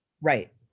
Right